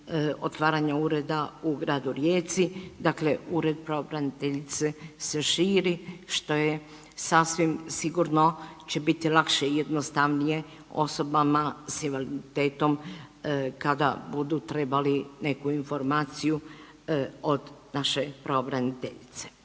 otvaranja ureda u gradu Rijeci. Dakle Ured pravobraniteljice se širi, što je sasvim sigurno će biti lakše i jednostavnije osobama s invaliditetom kada budu trebali neku informaciju od naše pravobraniteljice.